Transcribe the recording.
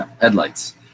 Headlights